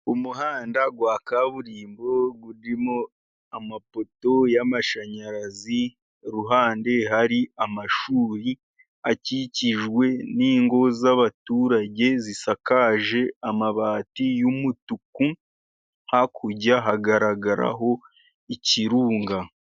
Umuhanda wa kaburimbo urimo amapoto y'amashanyarazi, iruhande hari amashuri akikijwe n'ingo z'abaturage zisakaje amabati y'umutuku, hakurya hagaragaraho ikirunga.